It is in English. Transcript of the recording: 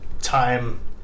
time